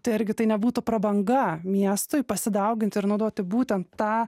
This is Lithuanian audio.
tai argi tai nebūtų prabanga miestui pasidauginti ir naudoti būtent tą